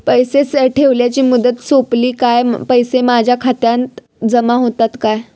पैसे ठेवल्याची मुदत सोपली काय पैसे माझ्या खात्यात जमा होतात काय?